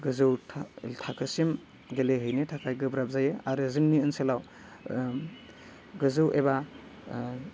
गोजौ था थाखोसिम गेलेहैनो थाखाय गोब्राब जायो आरो जोंनि ओनसोलाव गोजौ एबा